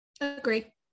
agree